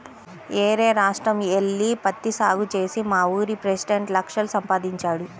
యేరే రాష్ట్రం యెల్లి పత్తి సాగు చేసి మావూరి పెసిడెంట్ లక్షలు సంపాదించాడు